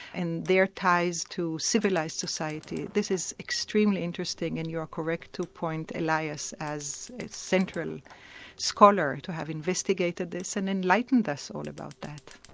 and their ties to civilised society. this is extremely interesting, and you're correct to point elias as a central scholar to have investigated this and enlightened us all about that.